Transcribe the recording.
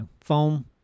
foam